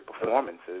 performances